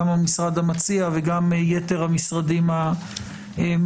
גם המשרד המציע וגם ייתר המשרדים המעורבים,